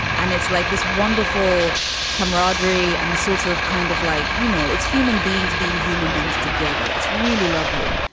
and it's like this wonderful camaraderie and the source of kind of like, you know, it's human beings being human beings together. it's really lovely.